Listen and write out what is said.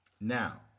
Now